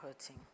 hurting